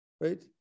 right